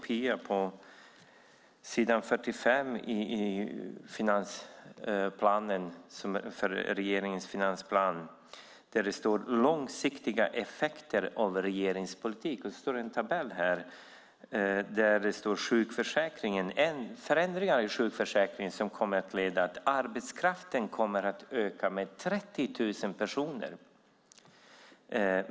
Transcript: På s. 45 i regeringens finansplan kan man läsa om långsiktiga effekter av regeringens politik. Där finns en tabell där det står om förändringar i sjukförsäkringen som kommer att leda till att arbetskraften kommer att öka med 30 000 personer.